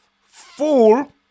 full